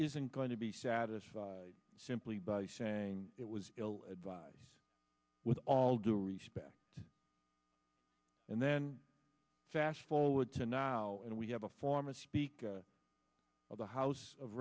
isn't going to be satisfied simply by saying it was ill advised with all due respect and then ash forward to now and we have a former speaker of the house of